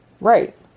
Right